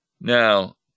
Now